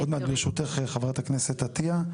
עוד מעט, ברשותך, חברת הכנסת עטייה.